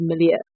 familiar